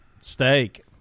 steak